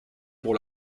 pour